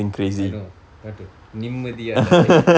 I know you want to நிம்மதி:nimmathi ah die